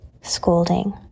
scolding